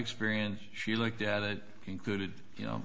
experience she looked at it concluded you know